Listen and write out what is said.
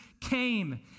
came